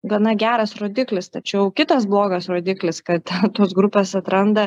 gana geras rodiklis tačiau kitas blogas rodiklis kad tos grupės atranda